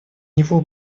него